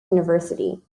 university